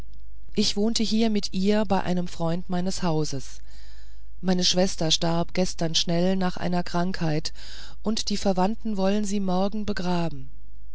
ich wohnte hier mit ihr bei einem freund meines hauses meine schwester starb gestern schnell an einer krankheit und die verwandten wollen sie morgen begraben